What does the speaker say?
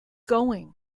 going